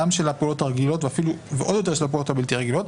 גם של הפעילויות הרגילות ועוד יותר של הפעילויות הבלתי רגילות.